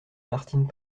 martine